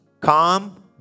calm